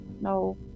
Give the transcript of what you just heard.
no